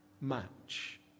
match